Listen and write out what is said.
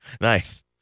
Nice